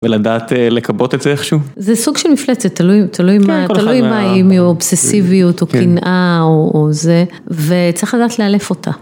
ולדעת לכבות את זה איכשהו? זה סוג של מפלצת, תלוי, תלוי מה אם האם היא אובססיביות או קנאה או זה, וצריך לדעת לאלף אותה.